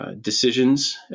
decisions